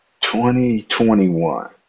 2021